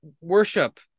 worship